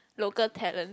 local talent